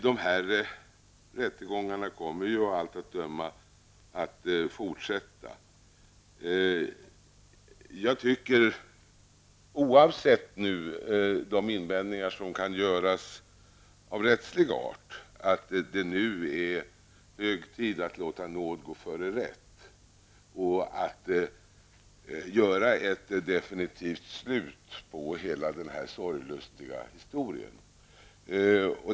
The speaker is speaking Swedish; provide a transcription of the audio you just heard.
De här rättegångarna kommer såvitt man kan se att döma att fortsätta. Jag tycker, oavsett de invändningar som kan göras av rättslig art, att det nu är hög tid att låta nåd gå före rätt, att göra ett definitivt slut på hela denna sorglustiga historia.